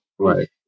Right